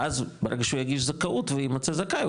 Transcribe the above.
ואז ברגע שהוא יגיש זכאות ויימצא זכאי הוא